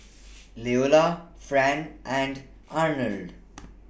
Leola Fran and Arnold